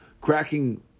cracking